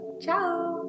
Ciao